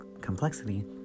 complexity